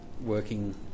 working